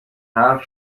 حرف